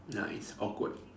ya it's awkward